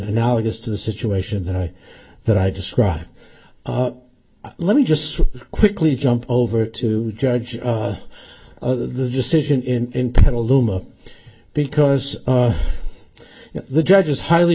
analogous to the situation that i that i described let me just quickly jump over to judge the decision in petaluma because the judge is highly